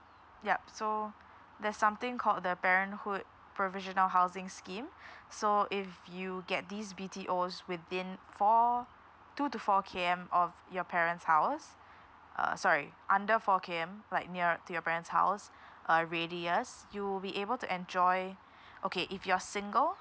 yup so there's something called the parenthood provisional housing scheme so if you get these B_T_Os within four two to four K_M of your parent's house uh sorry under four K_M like near to your parent's house uh radius you'll be able to enjoy okay if you're single